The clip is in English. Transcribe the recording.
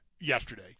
yesterday